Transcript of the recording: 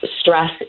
stress